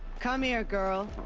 come here, girl.